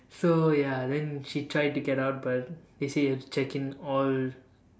so ya then she tried to get out but they say you have to check in all